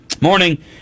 Morning